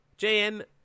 jm